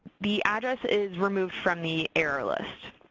the address is removed from the error list.